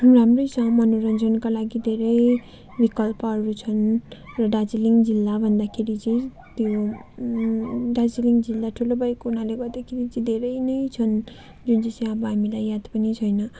राम्रै छ मनोरञ्जनका लागि धेरै विकल्पहरू छन् र दार्जिलिङ जिल्ला भन्दाखेरि चाहिँ त्यो दार्जिलिङ जिल्ला ठुलो भएको हुनाले गर्दाखेरि चाहिँ धेरै नै छन् जुन चाहिँ अब हामीलाई याद पनि छैन